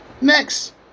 Next